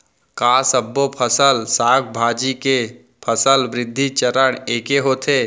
का सबो फसल, साग भाजी के फसल वृद्धि चरण ऐके होथे?